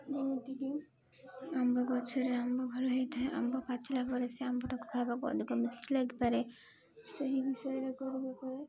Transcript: ଯେମିତିକି ଆମ୍ବ ଗଛରେ ଆମ୍ବ ଭଲ ହେଇଥାଏ ଆମ୍ବ ପାଚିଲା ପରେ ସେ ଆମ୍ବଟା ଖାଇବାକୁ ଅଧିକ ମିଠା ଲାଗିପାରେ ସେହି ବିଷୟରେ କରିବା ପରେ